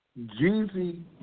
Jeezy